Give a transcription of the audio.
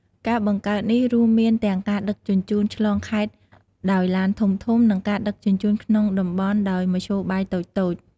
ការបង្កើតនេះ រួមមានទាំងការដឹកជញ្ជូនឆ្លងខេត្តដោយឡានធំៗ និងការដឹកជញ្ជូនក្នុងតំបន់ដោយមធ្យោបាយតូចៗ។